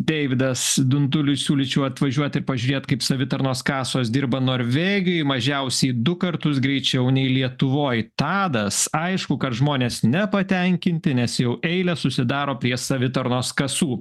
deividas dunduliui siūlyčiau atvažiuot ir pažiūrėt kaip savitarnos kasos dirba norvegijoj mažiausiai du kartus greičiau nei lietuvoj tadas aišku kad žmonės nepatenkinti nes jau eilės susidaro prie savitarnos kasų